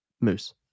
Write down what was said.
moose